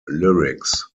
lyrics